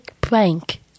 prank